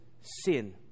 sin